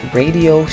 radio